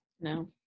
No